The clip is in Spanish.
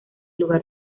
lugar